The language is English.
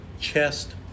chest